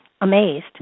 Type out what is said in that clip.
amazed